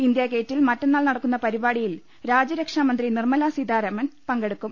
India ഗേറ്റിൽ മറ്റന്നാൾ നടക്കുന്ന പരിപാടിയിൽ രാജ്യരക്ഷാമന്ത്രി നിർമല സീതാരാമൻ പങ്കെടുക്കും